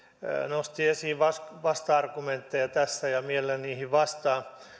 nosti esiin vasta argumentteja tässä ja mielelläni niihin vastaan